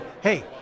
hey